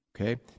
okay